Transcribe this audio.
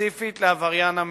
לעבריין המין.